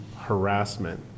harassment